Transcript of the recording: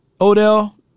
Odell